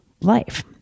life